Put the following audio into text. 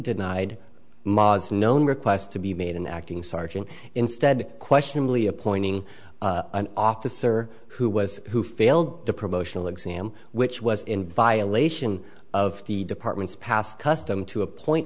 denied mas known requests to be made an acting sergeant instead questionably appointing an officer who was who failed to promotional exam which was in violation of the department's past custom to appoint